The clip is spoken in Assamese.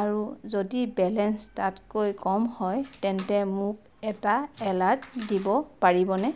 আৰু যদি বেলেঞ্চ তাতকৈ কম হয় তেন্তে মোক এটা এলাৰ্ট দিব পাৰিবনে